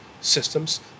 systems